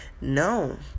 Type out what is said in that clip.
no